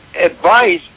advice